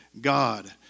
God